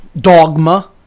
dogma